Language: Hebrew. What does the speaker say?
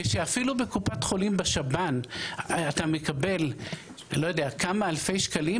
כשאפילו בקופת חולים בשב"ן אתה מקבל כמה אלפי שקלים?